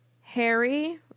Harry